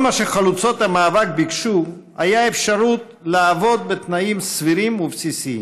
כל מה שחלוצות המאבק ביקשו היה אפשרות לעבוד בתנאים סבירים ובסיסיים.